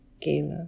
Gala